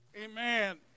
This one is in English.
Amen